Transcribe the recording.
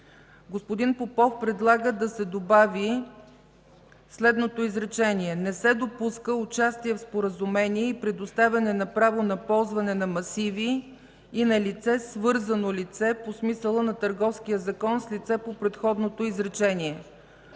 Господин Попов предлага да се добави следното изречение: „Не се допуска участие в споразумение и предоставяне на право на ползване на масиви и на лице – свързано лице по смисъла на Търговския закон, с лице по предходното изречение”.